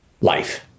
Life